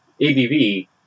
ABV